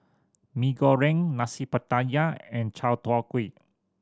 Mee Goreng Nasi Pattaya and chai tow kway